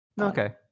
Okay